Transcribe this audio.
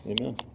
Amen